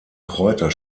kräuter